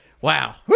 Wow